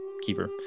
keeper